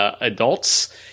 adults